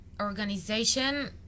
organization